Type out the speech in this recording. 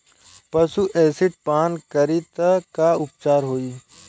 पशु एसिड पान करी त का उपचार होई?